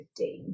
2015